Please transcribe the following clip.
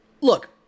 look